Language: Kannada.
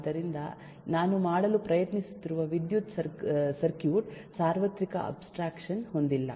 ಆದ್ದರಿಂದ ನಾನು ಮಾಡಲು ಪ್ರಯತ್ನಿಸುತ್ತಿರುವ ವಿದ್ಯುತ್ ಸರ್ಕ್ಯೂಟ್ ಸಾರ್ವತ್ರಿಕ ಅಬ್ಸ್ಟ್ರಾಕ್ಷನ್ ಹೊಂದಿಲ್ಲ